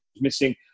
missing